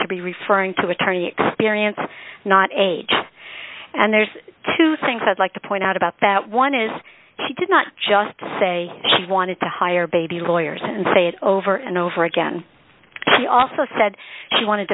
to be referring to attorney experience not age and there's two things i'd like to point out about that one is she did not just say she wanted to hire baby lawyers and say it over and over again he also said she wanted